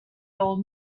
old